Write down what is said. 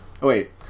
Wait